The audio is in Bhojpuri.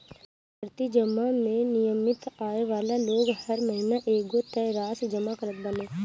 आवर्ती जमा में नियमित आय वाला लोग हर महिना एगो तय राशि जमा करत बाने